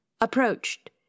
approached